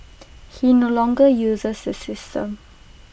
he no longer uses the system